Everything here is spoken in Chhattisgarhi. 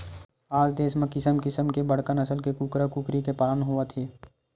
आज देस म किसम किसम के बड़का नसल के कूकरा कुकरी के पालन होवत हे